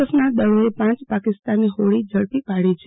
એફના દળોએ પાંચ પાકિસ્તાની હોડી ઝડપી પાડી છે